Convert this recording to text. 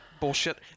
bullshit